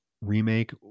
remake